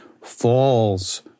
falls